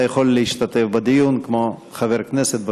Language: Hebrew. אתה יכול להשתתף בדיון כמו חבר כנסת.